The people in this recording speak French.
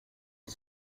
les